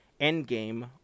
Endgame